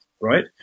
right